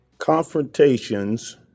confrontations